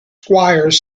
squires